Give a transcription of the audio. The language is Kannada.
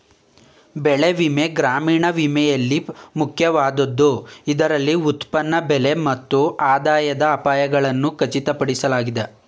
ಬೆಳೆ ವಿಮೆ ಗ್ರಾಮೀಣ ವಿಮೆಯಲ್ಲಿ ಮುಖ್ಯವಾದದ್ದು ಇದರಲ್ಲಿ ಉತ್ಪನ್ನ ಬೆಲೆ ಮತ್ತು ಆದಾಯದ ಅಪಾಯಗಳನ್ನು ಖಚಿತಪಡಿಸಲಾಗಿದೆ